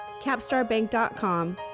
CapstarBank.com